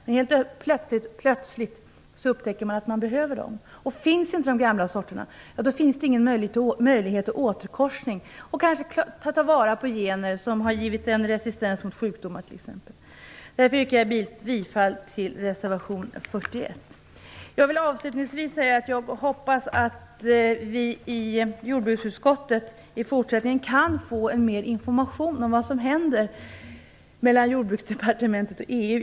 Men helt plötsligt kan man upptäcka att dessa egenskaper behövs. Finns inte de gamla sorterna kvar har man inte någon möjlighet till återkorsning. Det vore bra om man kunde ta till vara gener som t.ex. har givit en resistens mot sjukdomar. Därför yrkar jag bifall till reservation Avslutningsvis hoppas jag att vi i jordbruksutskottet i fortsättningen kan få mer information om vad som händer när det gäller Jordbruksdepartementet och EU.